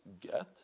get